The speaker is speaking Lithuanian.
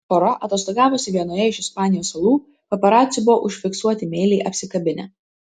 pora atostogavusi vienoje iš ispanijos salų paparacių buvo užfiksuoti meiliai apsikabinę